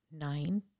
nine